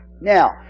Now